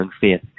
faith